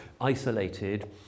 isolated